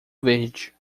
verde